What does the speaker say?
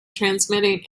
transmitting